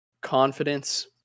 Confidence